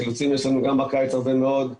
יש לנו גם בקיץ הרבה מאוד חילוצים.